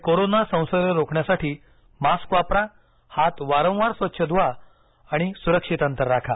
corona संसर्ग रोखण्यासाठी mask वापरा हात वारंवार स्वच्छ धुवा आणि सुरक्षित अंतर राखा